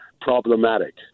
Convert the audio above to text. Problematic